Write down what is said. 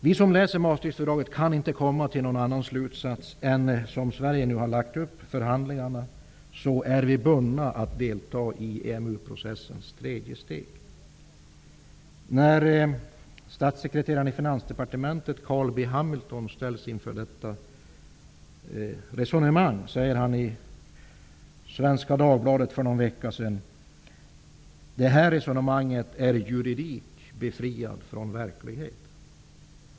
Vi som läser Maastrichtfördraget kan inte komma till någon annan slutsats än den att Sverige, till följd av det sätt förhandlingarna lagts upp, är bundet att delta i EMU-processens tredje steg. B. Hamilton ställs inför detta resonemang säger han att det är juridik befriad från verklighet. Det återgavs i Svenska Dagbladet för någon vecka sedan.